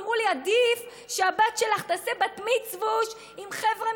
אמרו לי: עדיף שהבת שלך תעשה בת מיצווש עם חבר'ה,